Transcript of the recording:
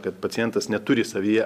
kad pacientas neturi savyje